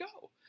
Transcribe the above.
go